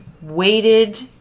waited